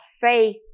faith